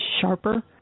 sharper